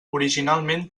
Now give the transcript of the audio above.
originalment